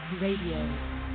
Radio